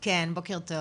שלום, בוקר טוב,